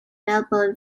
melbourne